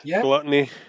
gluttony